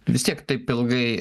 vis tiek taip ilgai